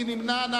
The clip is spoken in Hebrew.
מי נמנע?